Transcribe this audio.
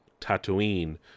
Tatooine